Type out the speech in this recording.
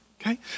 okay